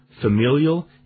familial